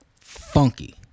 funky